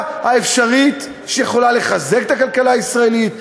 האפשרית שיכולה לחזק את הכלכלה הישראלית,